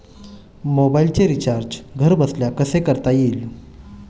मोबाइलचे रिचार्ज घरबसल्या कसे करता येईल?